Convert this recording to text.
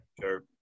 sure